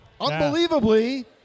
unbelievably